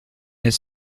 his